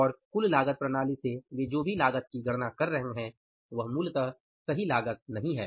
और कुल लागत प्रणाली से वे जो भी लागत की गणना कर रहे हैं वह मूलतः सही लागत नहीं है